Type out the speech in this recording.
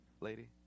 lady